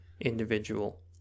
individual